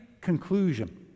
conclusion